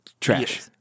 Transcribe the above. trash